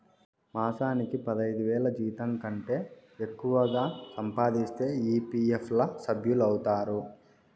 మాసానికి పదైదువేల జీతంకంటే ఎక్కువగా సంపాదిస్తే ఈ.పీ.ఎఫ్ ల సభ్యులౌతారు